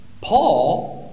Paul